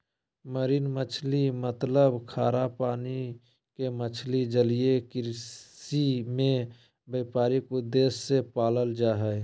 marine मछली मतलब खारा पानी के मछली जलीय कृषि में व्यापारिक उद्देश्य से पालल जा हई